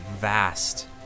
vast